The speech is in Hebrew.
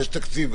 יש תקציב,